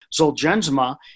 Zolgensma